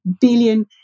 billion